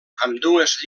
ambdues